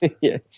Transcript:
Yes